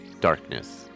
darkness